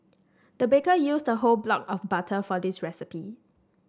the baker used a whole block of butter for this recipe